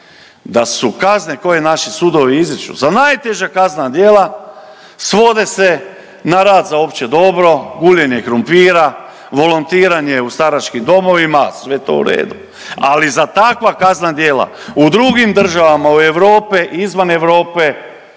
da su kazne koje naši sudovi izriču za najteža kaznena djela svode se na rad za opće dobro, guljenje krumpira, volontiranje u staračkim domovima. Sve to u redu, ali za takva kaznena djela u drugim državama Europe, izvan Europe